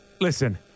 Listen